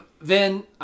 Vin